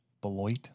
Beloit